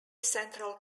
central